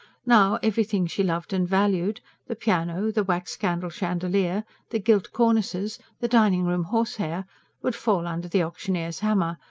now, everything she loved and valued the piano, the wax-candle chandelier, the gilt cornices, the dining-room horsehair would fall under the auctioneer's hammer,